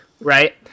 Right